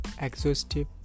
exhaustive